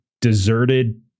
deserted